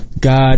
God